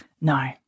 No